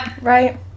Right